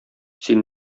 син